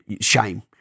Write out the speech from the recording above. shame